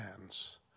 hands